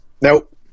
Nope